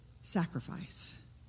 sacrifice